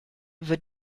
wird